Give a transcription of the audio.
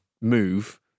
move